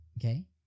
Okay